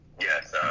Yes